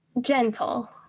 gentle